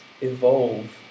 evolve